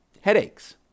headaches